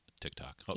TikTok